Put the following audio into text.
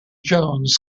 jones